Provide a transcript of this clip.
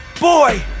boy